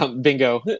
Bingo